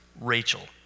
Rachel